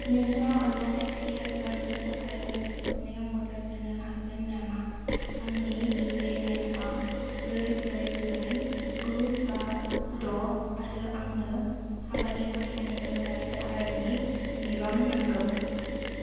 नोंथाङा अन्नानै पिएफ लननि थाखाय आरज गाबनायाव मदद होनो हागोन नामा आंनि इउएएनआ ब्रै ब्रै ब्रै गु बा द' आरो आंनो हाबानि खरसानि थाखाय दाहारनि बिबां नांगौ